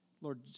Lord